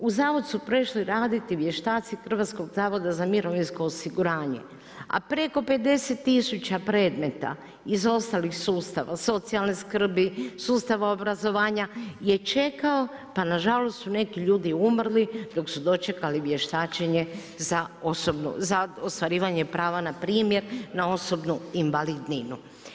U zavod su prešli raditi vještaci Hrvatskog zavoda za mirovinsko osiguranje a preko 50 tisuća predmeta iz ostalih sustava, socijalne skrbi, sustava obrazovanja je čekao pa nažalost su neki ljudi umrli dok su dočekali vještačenje za ostvarivanje prava nrp. na osobnu invalidninu.